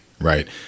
Right